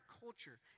culture